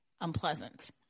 unpleasant